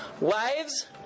Wives